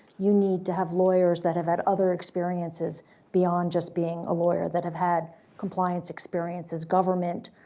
you need to have lawyers that have had other experiences beyond just being a lawyer that have had compliance experiences, government,